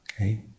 okay